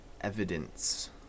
evidence